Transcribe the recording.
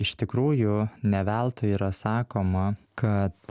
iš tikrųjų ne veltui yra sakoma kad